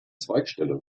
zweigstelle